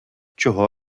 чого